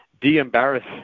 De-embarrass